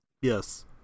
Yes